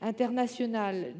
international.